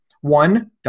One